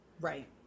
Right